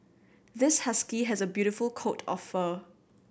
this husky has a beautiful coat of fur